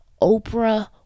Oprah